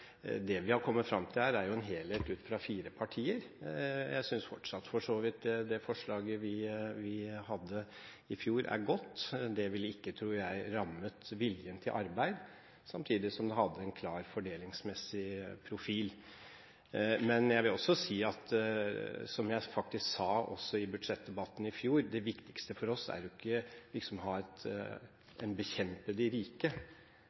det vi har kommet fram til her, er en helhet ut fra fire partier. Jeg synes for så vidt fortsatt det forslaget vi hadde i fjor, er godt. Det ville ikke – tror jeg – rammet viljen til arbeid, samtidig som det hadde en klar fordelingsmessig profil. Jeg vil også si, som jeg faktisk sa i budsjettdebatten i fjor, at det viktigste for oss er ikke å bekjempe de rike,